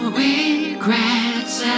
regrets